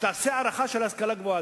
שתעשה הערכה של ההשכלה הגבוהה.